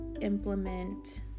implement